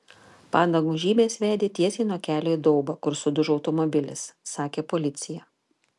padangų žymės vedė tiesiai nuo kelio į daubą kur sudužo automobilis sakė policija